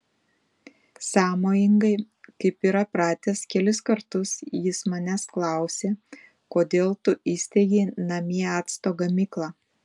sąmojingai kaip yra pratęs kelis kartus jis manęs klausė kodėl tu įsteigei namie acto gamyklą